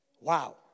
Wow